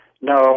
no